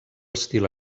estil